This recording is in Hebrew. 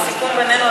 והסיכום בינינו,